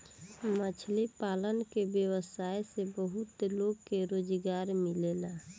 मछली पालन के व्यवसाय से बहुत लोग के रोजगार मिलेला